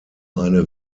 eine